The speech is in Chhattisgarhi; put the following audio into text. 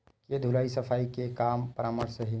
के धुलाई सफाई के का परामर्श हे?